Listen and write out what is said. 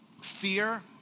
fear